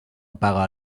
apaga